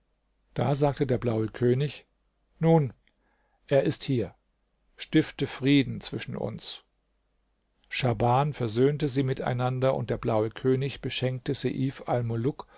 da sagte der blaue könig nun er ist hier stifte frieden zwischen uns schahban versöhnte sie miteinander und der blaue könig beschenkte seif